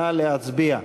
נא להצביע.